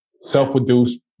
Self-produced